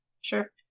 Sure